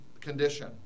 condition